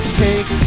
take